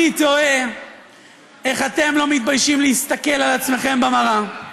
אני תוהה איך אתם לא מתביישים להסתכל על עצמכם במראה,